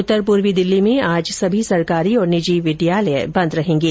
उत्तर पूर्वी दिल्ली में आज सभी सरकारी और निजी स्कूल बंद रहेंगे